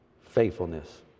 faithfulness